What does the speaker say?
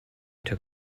took